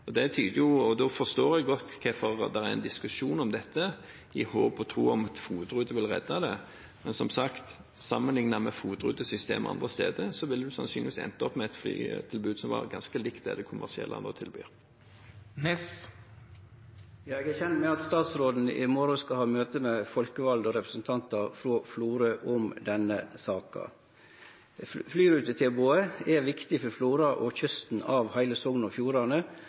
Da forstår jeg godt hvorfor det er en diskusjon om dette, i håp om og tro på at en FOT-rute vil redde det. Men som sagt, sammenlignet med FOT-rutesystemet andre steder ville vi sannsynligvis endt opp med et flytilbud som var ganske likt det de kommersielle tilbyr. Ja, eg er kjend med at statsråden i morgon skal ha møte med folkevalde og representantar frå Florø om denne saka. Flyrutetilbodet er viktig for Florø og kysten av heile Sogn og Fjordane,